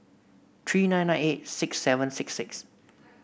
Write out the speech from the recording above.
three nine nine eight six seven six six